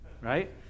right